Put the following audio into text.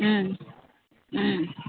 ம் ம்